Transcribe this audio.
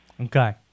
Okay